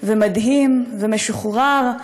ומדהים ומשוחרר,